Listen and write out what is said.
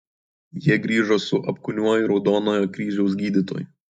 jie grįžo su apkūniuoju raudonojo kryžiaus gydytoju